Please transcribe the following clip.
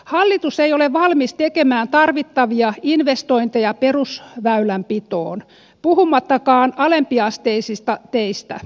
hallitus ei ole valmis tekemään tarvittavia investointeja perusväylänpitoon puhumattakaan alempiasteisista teistä